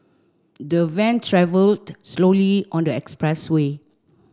the van travelled slowly on the expressway